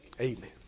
amen